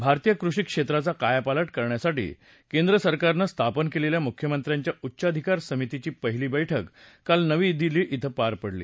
भारतीय कृषी क्षेत्राचा कायापालट करण्यासाठी केंद्र सरकारनं स्थापन केलेल्या मुख्यमंत्र्यांच्या उच्चाधिकार समितीची पाहिली बैठक काल नवी दिल्ली क्रिं झाली